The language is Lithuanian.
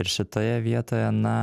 ir šitoje vietoje na